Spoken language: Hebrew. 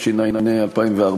התשע"ה 2014,